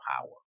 power